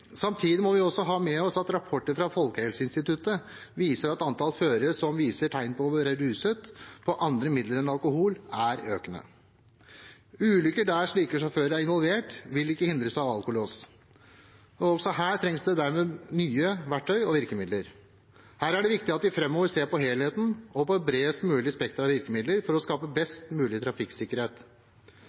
Samtidig må vi også ha med oss at rapporter fra Folkehelseinstituttet viser at antallet førere som viser tegn på å være ruset på andre midler enn alkohol, er økende. Ulykker der slike sjåfører er involvert, vil ikke hindres av alkolås, og også her trengs det dermed nye verktøy og virkemidler. Her er det viktig at vi framover ser på helheten, og på et bredest mulig spekter av virkemidler for å skape best mulig trafikksikkerhet.